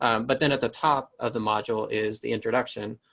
um but then at the top of the module is the introduction.